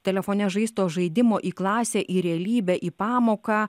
telefone žaisto žaidimo į klasę į realybę į pamoką